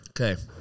Okay